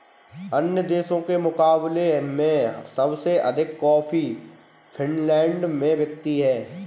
अन्य देशों के मुकाबले में सबसे अधिक कॉफी फिनलैंड में बिकती है